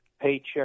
paycheck